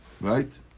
Right